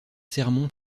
sermon